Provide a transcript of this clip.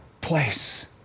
place